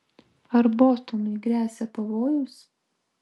ar bostonui gresia pavojus